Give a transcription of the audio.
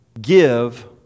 Give